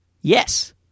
Yes